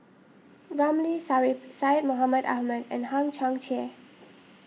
Ramli Sarip Syed Mohamed Ahmed and Hang Chang Chieh